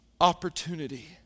opportunity